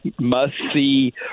must-see